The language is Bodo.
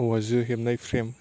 औवाजों हेबनाय फ्रेम